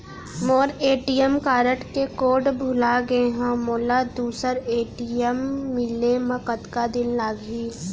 मोर ATM card के code भुला गे हव, मोला दूसर ए.टी.एम मिले म कतका दिन लागही?